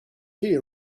tea